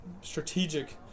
strategic